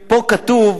פה כתוב: